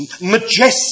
majestic